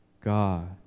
God